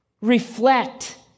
reflect